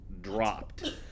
dropped